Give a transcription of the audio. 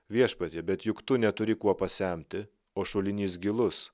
viešpatie bet juk tu neturi kuo pasemti o šulinys gilus